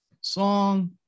song